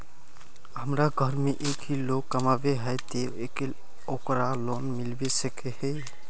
हमरा घर में एक ही लोग कमाबै है ते ओकरा लोन मिलबे सके है?